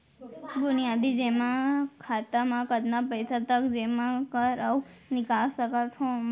बुनियादी जेमा खाता म कतना पइसा तक जेमा कर अऊ निकाल सकत हो मैं?